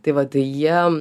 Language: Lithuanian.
tai vat tai jie